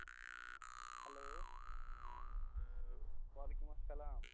hello وعلیکُم اَلسلام